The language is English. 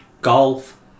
Golf